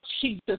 Jesus